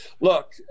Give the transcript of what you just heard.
Look